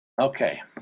Okay